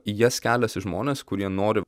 į jas keliasi žmonės kurie nori